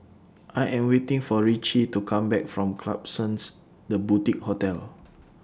I Am waiting For Ritchie to Come Back from Klapsons The Boutique Hotel